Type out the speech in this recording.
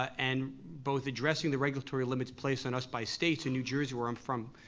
and both addressing the regulatory limits placed on us by states, in new jersey where i'm from,